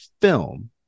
film